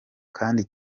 kandi